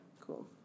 Cool